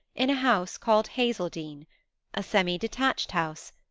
in a house called hazeldene a semi-detached house,